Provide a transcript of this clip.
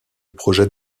projet